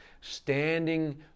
standing